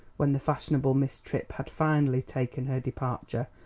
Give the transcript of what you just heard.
when the fashionable miss tripp had finally taken her departure,